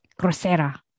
Crossera